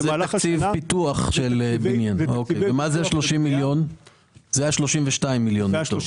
זה ה-32 מיליון שקל.